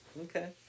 okay